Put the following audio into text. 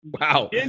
wow